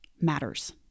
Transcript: matters